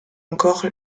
encore